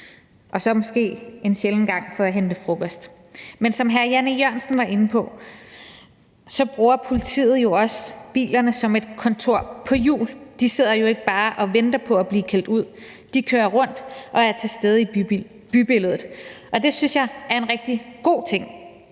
og så måske en sjælden gang for at hente frokost. Men som hr. Jan E. Jørgensen var inde på, bruger politiet jo også bilerne som et kontor på hjul. De sidder jo ikke bare og venter på at blive kaldt ud. De kører rundt og er til stede i bybilledet, og det synes jeg er en rigtig god ting.